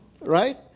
Right